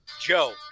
Joe